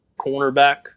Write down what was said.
cornerback